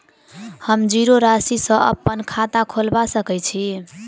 हम जीरो राशि सँ अप्पन खाता खोलबा सकै छी?